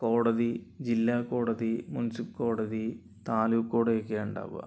കോടതി ജില്ലാ കോടതി മുൻസിഫ് കോടതി താലുക് കോടതി ഒക്കെയാണ് ഉണ്ടാവുക